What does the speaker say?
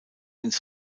ins